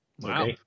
Wow